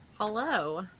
Hello